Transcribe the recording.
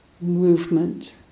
movement